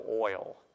oil